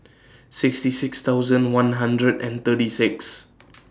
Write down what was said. sixty six thousand one hundred and thirty six